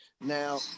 Now